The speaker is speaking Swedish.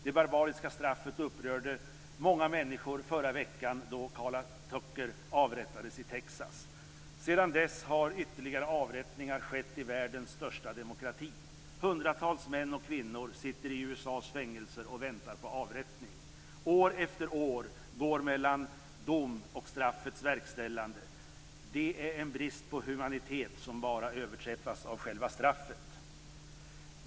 Det barbariska straffet upprörde många människor förra veckan, då Karla Tucker avrättades i Texas. Sedan dess har ytterligare avrättningar skett i världens största demokrati. Hundratals män och kvinnor sitter i USA:s fängelser och väntar på avrättning. År efter år går mellan dom och straffets verkställande. Det är en brist på humanitet som bara överträffas av själva straffet.